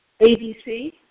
ABC